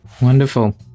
Wonderful